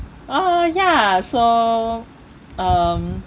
uh ya so um